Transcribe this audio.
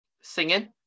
singing